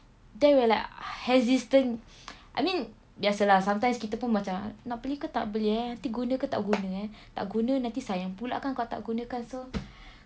then we're like hesitant I mean biasa lah sometimes kita pun macam nak beli ke tak beli eh nanti guna ke tak tak guna eh tak guna nanti sayang pula kalau kau tak guna so